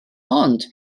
ond